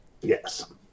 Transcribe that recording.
Yes